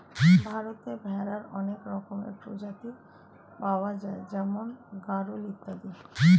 ভারতে ভেড়ার অনেক রকমের প্রজাতি পাওয়া যায় যেমন গাড়ল ইত্যাদি